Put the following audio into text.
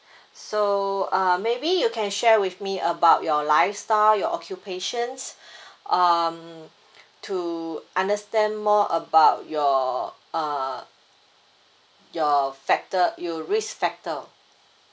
so uh maybe you can share with me about your lifestyle your occupation to um to understand more about your uh your factor your risk factor